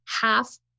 half